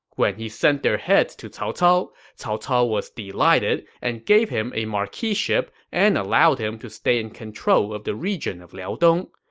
when he sent their heads to cao cao, cao cao was delighted and gave him a marquiship and allowed him to stay in control in the region of liaodong.